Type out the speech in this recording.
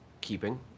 keeping